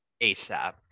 ASAP